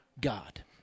God